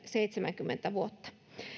seitsemänkymmentä vuotta